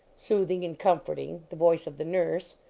soothing and comforting the voice of the nurse.